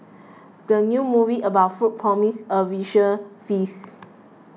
the new movie about food promises a visual feast